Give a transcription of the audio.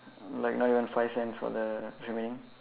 like not even five cents for the remaining